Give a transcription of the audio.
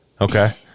Okay